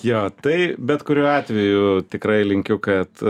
jo tai bet kuriuo atveju tikrai linkiu kad